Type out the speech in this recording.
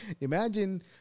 Imagine